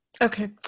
Okay